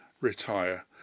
retire